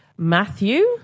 Matthew